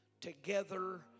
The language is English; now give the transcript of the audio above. together